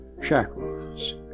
Shackles